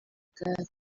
igare